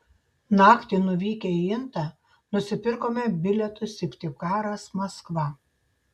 naktį nuvykę į intą nusipirkome bilietus syktyvkaras maskva